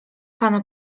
pana